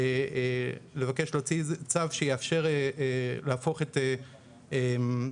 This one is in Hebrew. לבקש להוציא צו שיאפשר להפוך את הפריצה